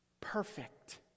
Perfect